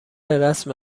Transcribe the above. رسم